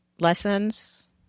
lessons